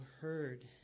heard